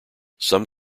some